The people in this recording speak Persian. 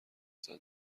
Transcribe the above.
زده